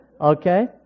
Okay